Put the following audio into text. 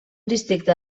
districte